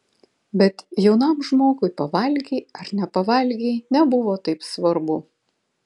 bet jaunam žmogui pavalgei ar nepavalgei nebuvo taip svarbu